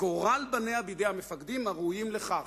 גורל בניה בידי המפקדים הראויים לכך.